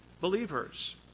believers